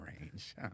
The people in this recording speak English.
range